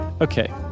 Okay